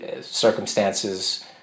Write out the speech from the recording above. circumstances